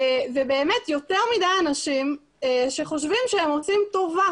יותר מדי אנשים שחושבים שהם עושים טובה